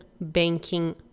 banking